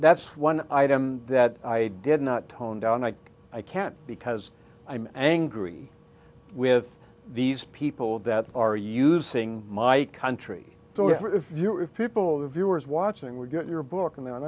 that's one item that i did not tone down like i can't because i'm angry with these people that are using my country to have you if people viewers watching would get your book and the